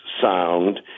sound